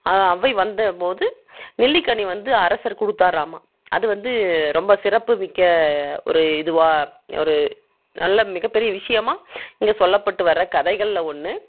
ஒளவை வந்த போது நெல்லிக்கனி வந்து அரசர் கொடுத்தாராமா அது வந்து ரொம்ப சிறப்பு மிக்க ஒரு இதுவாக ஒரு நல்ல மிகப்பெரிய விஷயமா இங்கே சொல்லப்பட்டு வர கதைகளில் ஒன்று